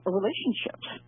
relationships